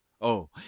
Oh